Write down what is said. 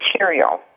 material